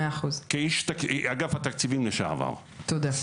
אוקיי, מצוין.